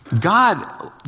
God